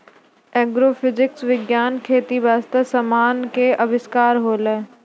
agrophysics विज्ञान खेती बास्ते समान के अविष्कार होलै